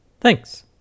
Thanks